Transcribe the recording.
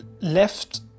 left